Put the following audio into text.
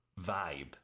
vibe